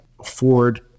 afford